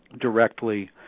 directly